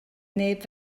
neb